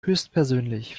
höchstpersönlich